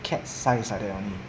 cat size like that only